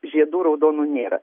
žiedų raudonų nėra